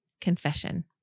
confession